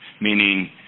meaning